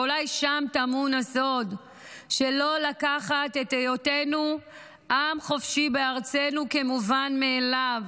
ואולי שם טמון הסוד שלא לקחת את היותנו עם חופשי בארצנו כמובן מאליו.